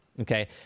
Okay